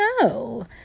no